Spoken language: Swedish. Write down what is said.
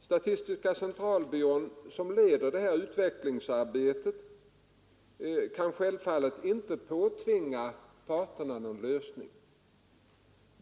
Statistiska centralbyrån, som leder detta utvecklingsarbete, kan självfallet inte påtvinga parterna någon lösning.